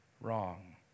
wrong